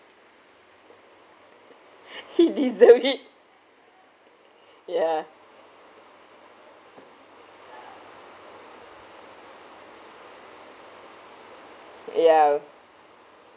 he deserved it ya ya